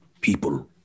people